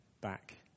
back